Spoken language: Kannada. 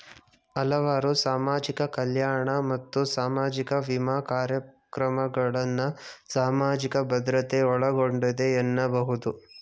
ಹಲವಾರು ಸಾಮಾಜಿಕ ಕಲ್ಯಾಣ ಮತ್ತು ಸಾಮಾಜಿಕ ವಿಮಾ ಕಾರ್ಯಕ್ರಮಗಳನ್ನ ಸಾಮಾಜಿಕ ಭದ್ರತೆ ಒಳಗೊಂಡಿದೆ ಎನ್ನಬಹುದು